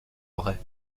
vraies